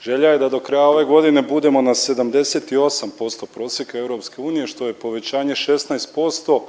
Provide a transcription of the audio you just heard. Želja je da do kraja ove godine budemo na 78% prosjeka EU što je povećanje 16%